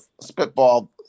Spitball